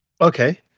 Okay